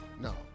No